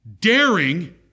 daring